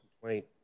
complaint